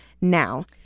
now